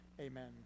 amen